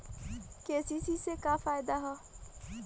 KCC से का फायदा ह?